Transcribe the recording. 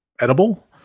edible